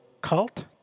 cult